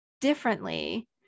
differently